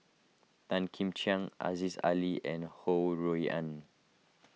Tan Kim Ching Aziza Ali and Ho Rui An